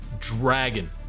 Dragon